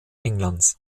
englands